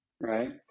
right